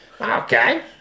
Okay